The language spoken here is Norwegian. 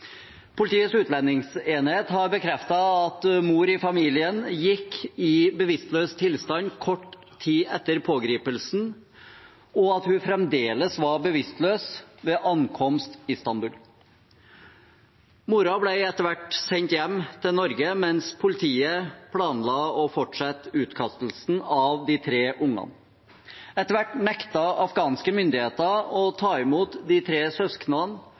Politiets utlendingsenhet har bekreftet at mor i familien gikk i bevisstløs tilstand kort tid etter pågripelsen, og at hun fremdeles var bevisstløs ved ankomst Istanbul. Moren ble etter hvert sendt hjem til Norge, mens politiet planla å fortsette utkastelsen av de tre ungene. Etter hvert nektet afghanske myndigheter å ta imot de tre